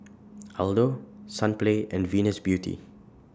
Aldo Sunplay and Venus Beauty